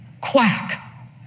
quack